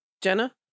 jenna